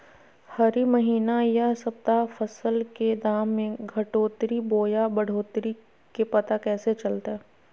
हरी महीना यह सप्ताह फसल के दाम में घटोतरी बोया बढ़ोतरी के पता कैसे चलतय?